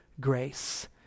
grace